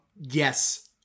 yes